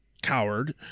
coward